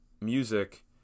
music